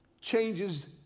changes